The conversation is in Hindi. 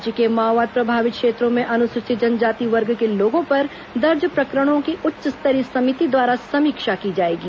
राज्य के माओवाद प्रभावित क्षेत्रों में अनुसूचित जनजाति वर्ग के लोगों पर दर्ज प्रकरणों की उच्च स्तरीय समिति द्वारा समीक्षा की जाएगी